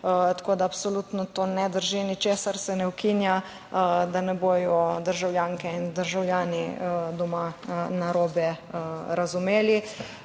tako da to absolutno ne drži. Ničesar se ne ukinja, da ne bodo državljanke in državljani doma narobe razumeli.